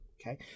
Okay